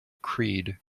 creed